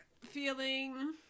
feeling